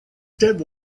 that